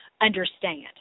understand